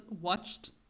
watched